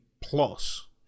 plus